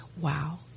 wow